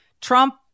Trump